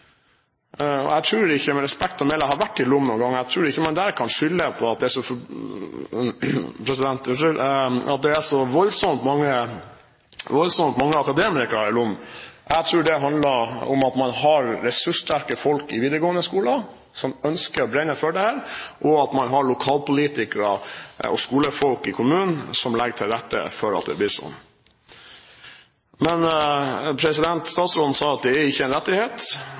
Jeg tror ikke med respekt å melde – jeg har vært i Lom noen ganger – at man kan skylde på at det er så voldsomt mange akademikere i Lom. Jeg tror det handler om at man har ressurssterke folk i videregående skole som ønsker og brenner for dette, og at man har lokalpolitikere og skolefolk i kommunen som legger til rette for at det blir sånn. Statsråden sa at dette ikke er en rettighet. Det burde ha vært en rettighet.